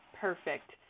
Perfect